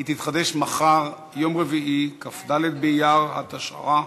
היא תתחדש מחר, יום רביעי, כ"ד באייר התשע"ה,